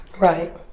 right